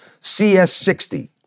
cs60